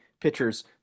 pitchers